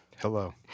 Hello